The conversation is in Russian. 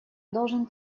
должен